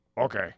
Okay